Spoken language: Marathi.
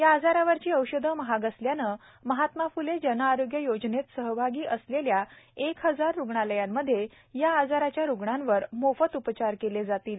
या आजारावरची औषधं महाग असल्यानं महात्मा फुले जनआरोग्य योजनेत सहभागी असलेल्या एक हजार रुग्णालयांमध्ये या आजाराच्या रुग्णांवर मोफत उपचार केले जातील